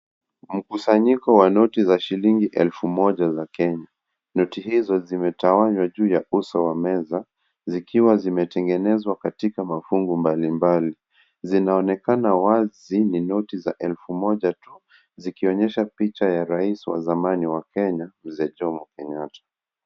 Mkusanyiko wa noti za shilingi elfu moja za Kenya . Noti hizo zimetawanya juu ya uso wa meza zikiwa zimetengenezwa katika mafungu mbalimbali , Zinaonekana wazi ni noti za elfu moja tu zikionyesha picha ya rais wa zamani wa Kenya Mzee Jomo Kenyatta.